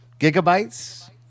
gigabytes